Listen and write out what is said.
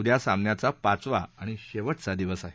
उद्या सामन्याचा पाचवा आणि शेव आ दिवस आहे